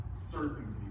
Certainty